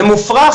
למי שמכיר,